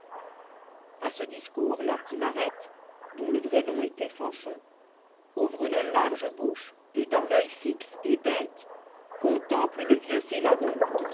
a ce discours la timarette dont le vrai nom éioit fanchon ouvre une large bouche et d'un oeil fixé et bête contemple le vieux